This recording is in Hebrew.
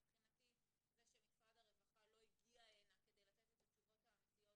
מבחינתי זה שמשרד הרווחה לא הגיע לכאן כדי לתת את התשובות האמיתיות,